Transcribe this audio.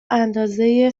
اندازه